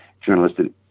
journalistic